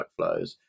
workflows